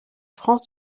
france